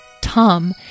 Tom